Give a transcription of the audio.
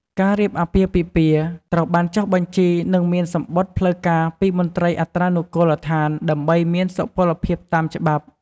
ការរៀបអាពាហ៍ពិពាហ៍ត្រូវបានចុះបញ្ជី និងមានសំបុត្រផ្លូវការពីមន្ត្រីអត្រានុកូលដ្ឋាន ដើម្បីមានសុពលភាពតាមច្បាប់។